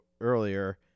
earlier